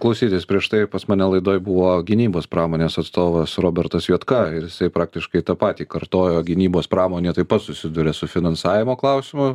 klausytis prieš tai pas mane laidoj buvo gynybos pramonės atstovas robertas juodka ir jisai praktiškai tą patį kartojo gynybos pramonė taip pat susiduria su finansavimo klausimu